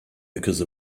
because